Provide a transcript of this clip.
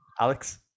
Alex